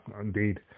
indeed